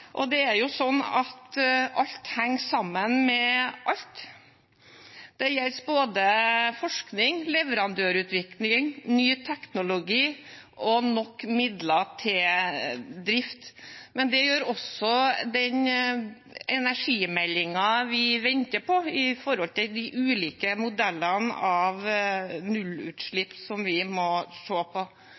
og det er jo sånn at alt henger sammen med alt. Det gjelder både forskning og leverandørutvikling, ny teknologi og nok midler til drift. Det gjør også den energimeldingen vi venter på som gjelder de ulike modellene av nullutslipp, som vi må se på,